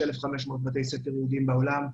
יש 1,500 בתי ספר יהודיים בעולם.